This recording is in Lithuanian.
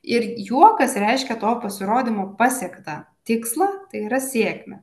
ir juokas reiškia to pasirodymo pasiektą tikslą tai yra sėkmę